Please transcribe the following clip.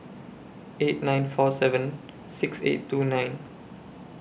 eight nine four seven six eight two nine